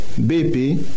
BP